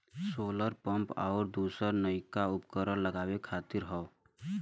solar pump आउर दूसर नइका उपकरण लगावे खातिर हौ